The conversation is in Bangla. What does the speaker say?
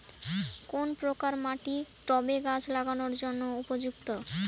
কোন প্রকার মাটি টবে গাছ লাগানোর জন্য উপযুক্ত?